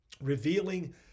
revealing